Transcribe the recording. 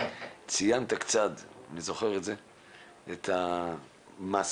ציינת קצת את המסע,